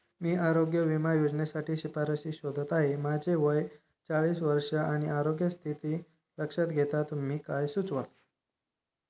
मी आरोग्य विमा योजनेसाठी शिफारसी शोधत आहे माझे वय चाळीस वर्ष आणि आरोग्य स्थिती लक्षात घेता तुम्ही काय सुचवा